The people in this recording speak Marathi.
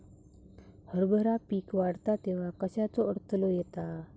हरभरा पीक वाढता तेव्हा कश्याचो अडथलो येता?